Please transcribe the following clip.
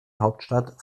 hauptstadt